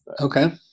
Okay